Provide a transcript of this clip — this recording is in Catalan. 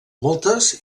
moltes